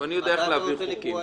ואני יודע איך להעביר חוקים